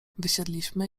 wysiedliśmy